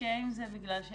קשה עם זה, כי גם